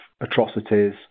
atrocities